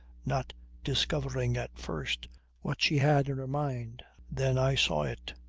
not discovering at first what she had in her mind. then i saw it.